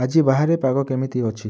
ଆଜି ବାହାରେ ପାଗ କେମିତି ଅଛି